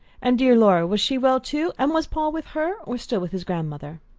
and dear laura was she well too, and was paul with her, or still with his grandmother?